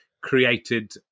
created